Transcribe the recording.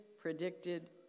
predicted